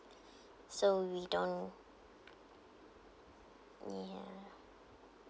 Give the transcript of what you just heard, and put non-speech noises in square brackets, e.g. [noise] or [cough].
[breath] so we don't ya